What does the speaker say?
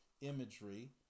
imagery